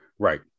Right